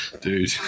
dude